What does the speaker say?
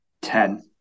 Ten